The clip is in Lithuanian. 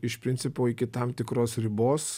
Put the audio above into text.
iš principo iki tam tikros ribos